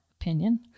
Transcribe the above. opinion